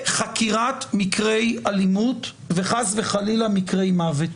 בחקירת מקרי אלימות, וחס וחלילה מקרי מוות.